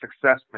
success